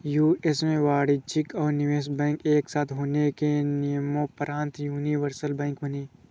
US में वाणिज्यिक और निवेश बैंक एक साथ होने के नियम़ोंपरान्त यूनिवर्सल बैंक बने